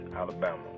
Alabama